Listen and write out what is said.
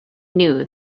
knew